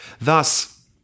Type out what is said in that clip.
Thus